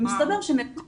ומסתבר ש-